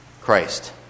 Christ